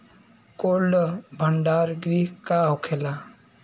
Cold भण्डार गृह का होखेला?